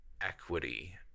equity